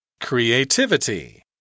Creativity